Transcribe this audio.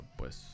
pues